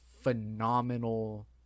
phenomenal